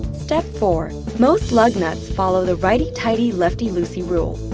step four. most lug nuts follow the righty-tighty lefty-loosey rule.